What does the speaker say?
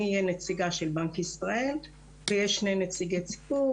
אני אהיה הנציגה של בנק ישראל ויש שני נציגי ציבור,